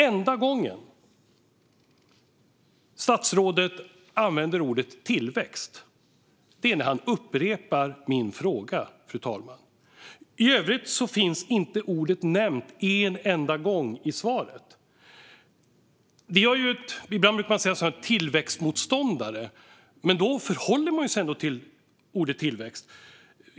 Enda gången statsrådet använder ordet "tillväxt" är när han upprepar min fråga, fru talman. I övrigt nämns inte ordet en enda gång i svaret. Ibland brukar man prata om tillväxtmotståndare, men de förhåller sig åtminstone till ordet "tillväxt".